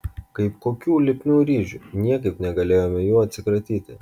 kaip kokių lipnių ryžių niekaip negalėjome jų atsikratyti